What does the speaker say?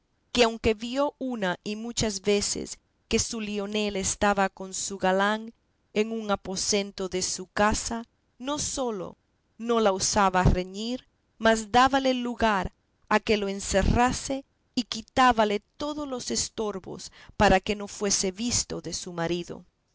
que aunque vio una y muchas veces que su leonela estaba con su galán en un aposento de su casa no sólo no la osaba reñir mas dábale lugar a que lo encerrase y quitábale todos los estorbos para que no fuese visto de su marido